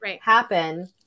happen